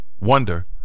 wonder